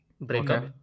breakup